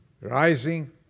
rising